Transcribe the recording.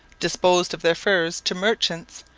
disposed of their furs to merchants,